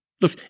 Look